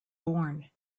born